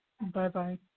Bye-bye